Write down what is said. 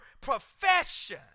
profession